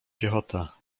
piechota